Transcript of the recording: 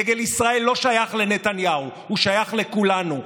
דגל ישראל לא שייך לנתניהו, הוא שייך לכולנו.